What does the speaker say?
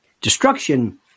destruction